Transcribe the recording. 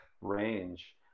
range